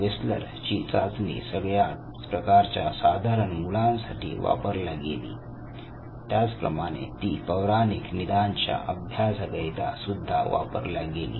वेसलर ची चाचणी सगळ्याच प्रकारच्या साधारण मुलांसाठी वापरल्या गेली त्याप्रमाणे ती पौराणिक निदान च्या अभ्यासा करिता सुद्धा वापरली गेली